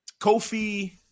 Kofi